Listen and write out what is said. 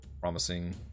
promising